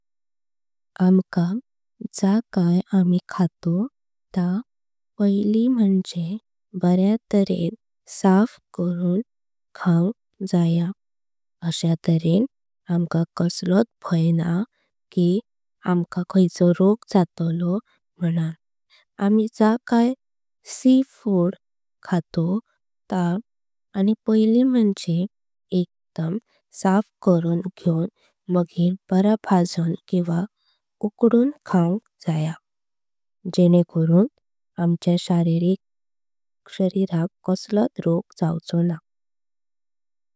आमका जा काय आमी खातो ता पयली म्हंजे बऱ्या। तऱ्हेन साफ करून खाऊंक जाय अश्या तऱ्हेन आमका। कसलोत भय ना की आमका खायचो रोग जातलो बी म्हणण। आमी जा काय सिफूड खातो ता आनी पयली म्हंजे एकदम। साफ करून घेऊन मागेर बरा भजून किव्हा उकडून खाऊंक। जाय जेवेकारू आमच्य शारीराक कसलोत रोग जावचो ना।